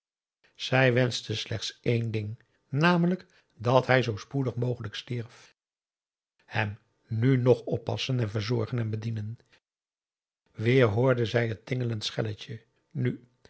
zij wenschte slechts één ding n l dat hij zoo spoedig mogelijk stierf hem nu nog oppassen en verzorgen en bedienen weer hoorde zij het tingelend schelletje nu